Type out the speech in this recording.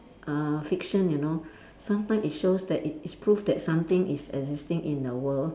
uh fiction you know sometimes it shows that it it's proof that something is existing in the world